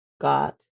got